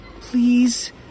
Please